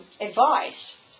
advice